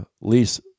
lease